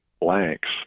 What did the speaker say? blanks